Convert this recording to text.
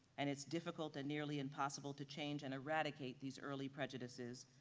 and it's difficult and nearly impossible to change and eradicate these early prejudices,